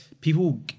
people